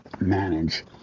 manage